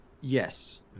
Yes